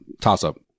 toss-up